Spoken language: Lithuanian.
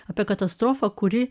apie katastrofą kuri